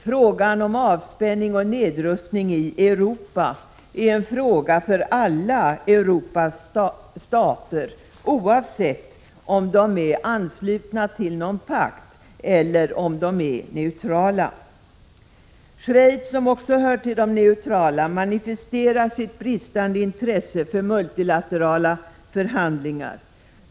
Frågan om avspänning och nedrustning i Europa är en fråga för alla Europas stater, oavsett om de är anslutna till någon pakt eller är neutrala. Schweiz, som också hör till de neutrala, manifesterar sitt bristande intresse för multilaterala förhandlingar.